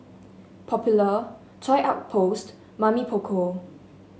Popular Toy Outpost Mamy Poko